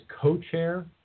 co-chair